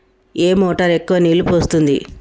ఏ motor ఎక్కువ నీళ్లు పోస్తుంది?